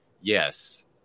Yes